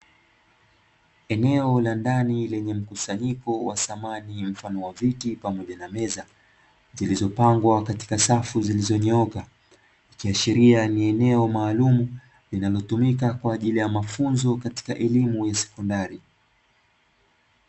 Eneo la ndani lenye mkusanyiko wa thamani pamoja na meza zilizopangwa katika safu iliyonyooka ikiashiria ni eneo maalumu linalotumika katika mafunzo ya elimu ya sekondari.